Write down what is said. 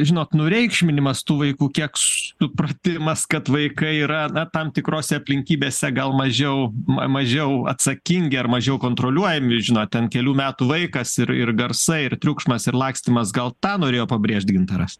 žinot nureikšminimas tų vaikų kiek s supratimas kad vaikai yra na tam tikrose aplinkybėse gal mažiau ma mažiau atsakingi ar mažiau kontroliuojami žinot ten kelių metų vaikas ir ir garsai ir triukšmas ir lakstymas gal tą norėjo pabrėžt gintaras